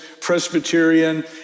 Presbyterian